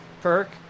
perk